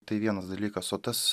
tai vienas dalykas o tas